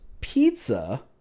pizza